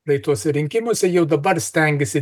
praeituose rinkimuose jau dabar stengiasi